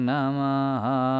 Namaha